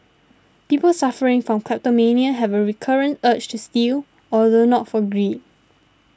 people suffering from kleptomania have a recurrent urge to steal although not for greed